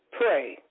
Pray